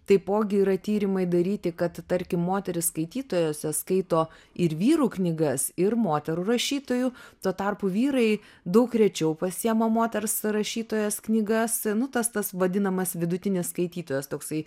taipogi yra tyrimai daryti kad tarkim moterys skaitytojos jos skaito ir vyrų knygas ir moterų rašytojų tuo tarpu vyrai daug rečiau pasiima moters rašytojos knygas nu tas tas vadinamas vidutinis skaitytojas toksai